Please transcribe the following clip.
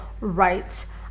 rights